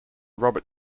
robert